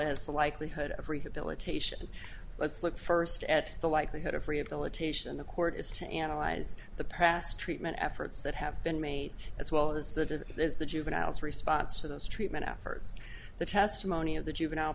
as the likelihood of rehabilitation let's look first at the likelihood of rehabilitation the court is to analyze the past treatment efforts that have been made as well as that it is the juveniles response to those treatment efforts the testimony of the juvenile